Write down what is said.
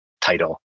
title